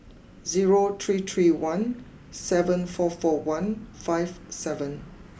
zero three three one seven four four one five seven